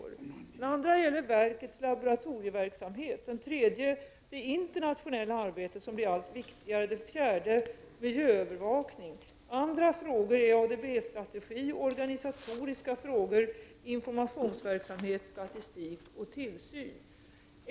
Den andra punkten gäller verkets laboratorieverksamhet. Den tredje gäller det internationella arbetet, som blir allt viktigare. Den fjärde punkten gäller miljöövervakning. Andra frågor är ADB-strategi, organisatoriska frågor, informationsverksamhet, statistik och tillsyn.